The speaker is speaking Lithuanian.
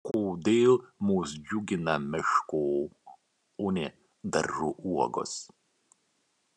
kodėl mus džiugina miško o ne daržo uogos